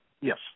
Yes